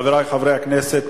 חברי חברי הכנסת,